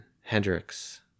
Hendrix